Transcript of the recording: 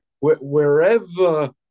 wherever